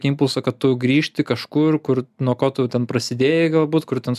impulsą kad tu grįžti kažkur kur nuo ko tau ten prasidėjai galbūt kur ten